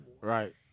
Right